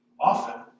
Often